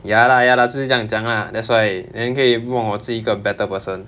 ya lah ya lah 就是这样讲 lah that's why then 可以弄我自己一个 better person